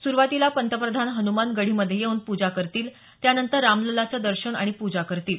सुरवातीला पंतप्रधान हनुमान गढीमध्ये येऊन पूजा करतील त्यानंतर रामलल्लाचं दर्शन आणि पूजा करतील